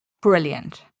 brilliant